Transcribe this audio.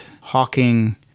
Hawking